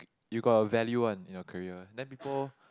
you got a value one in your career then before